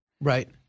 Right